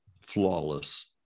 flawless